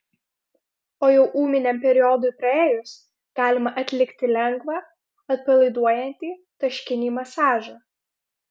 o jau ūminiam periodui praėjus galima atlikti lengvą atpalaiduojantį taškinį masažą